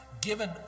given